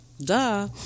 Duh